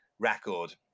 Record